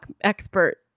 expert